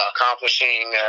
accomplishing